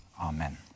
Amen